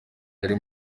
ari